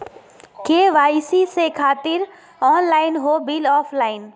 KYC से खातिर online हो बिल ऑफलाइन?